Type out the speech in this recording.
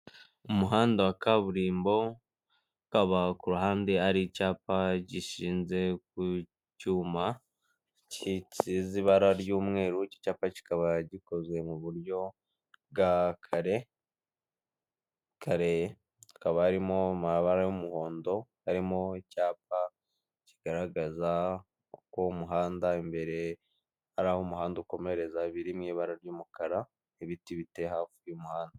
Umuhanda wa kaburimbo kaba ku ruhande hari icyapa gishinze ku cyuma'ibara ry'umweru icyapa kikaba gikozwe mu buryo bwa karerekaba harimo amabara y'umuhondo harimo icyapa kigaragaza ko umuhanda imbere hari aho umuhanda ukomereza biriw ibara ry'umukara n'ibiti bite hafi y'umuhanda.